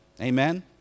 Amen